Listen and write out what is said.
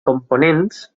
components